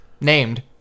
Named